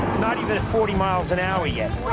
not even at forty mph yet.